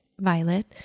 Violet